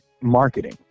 Marketing